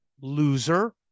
loser